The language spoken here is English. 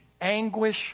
anguish